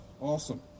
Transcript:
awesome